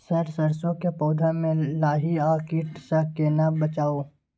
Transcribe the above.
Sir सरसो के पौधा में लाही आ कीट स केना बचाऊ?